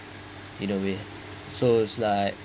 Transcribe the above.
in a way so is like